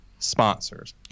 sponsors